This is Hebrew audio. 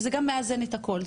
וזה גם מאזן את הכל,